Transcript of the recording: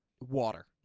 water